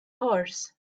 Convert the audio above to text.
horse